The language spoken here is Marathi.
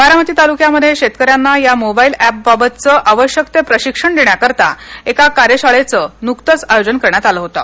बारामती तालुक्यामध्ये शेतकऱ्यांना या मोबाईल एपबाबतचं आवश्यक ते प्रशिक्षण देण्याकरता एका कार्यशाळेचं नुकतंच आयोजन करण्यात आलं होतं